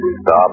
Stop